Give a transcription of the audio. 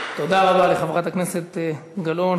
תודה רבה לחברת הכנסת גלאון.